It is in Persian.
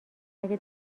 اگه